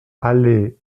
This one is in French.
allée